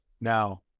Now